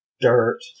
dirt